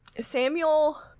Samuel